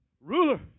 Ruler